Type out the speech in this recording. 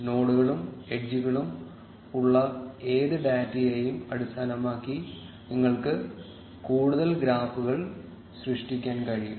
നോഡുകളും എഡ്ജുകളും ഉള്ള ഏത് ഡാറ്റയെയും അടിസ്ഥാനമാക്കി നിങ്ങൾക്ക് കൂടുതൽ ഗ്രാഫുകൾ സൃഷ്ടിക്കാൻ കഴിയും